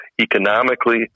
economically